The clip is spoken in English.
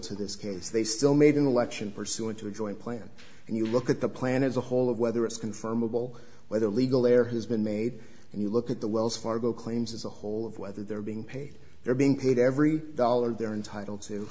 to this case they still made an election pursuant to a joint plan and you look at the plan as a whole of whether it's confirmable whether legal there has been made and you look at the wells fargo claims as a whole of whether they're being paid they're being paid every dollar they're entitled to